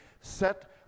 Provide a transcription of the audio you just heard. Set